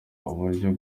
uburyo